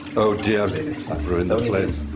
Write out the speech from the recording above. oh dear. i've ruined the plate. oh,